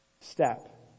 step